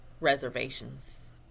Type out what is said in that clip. reservations